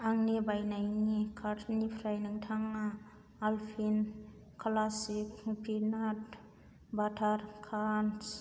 आंनि बायनायनि कार्टनिफ्राय नोंथाङा आल्पिन क्लासिक पिनाट बाटार क्रान्स